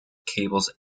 cables